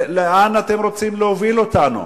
לאן אתם רוצים להוביל אותנו?